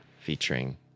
featuring